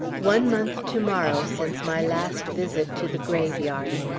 one month to-morrow since my last visit to the graveyard!